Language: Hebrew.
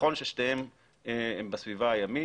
נכון ששתיהן הן בסביבה הימית,